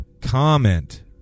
comment